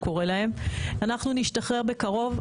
הוא קורא להם אנחנו נשתחרר בקרוב.